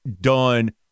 done